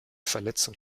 verletzung